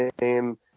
name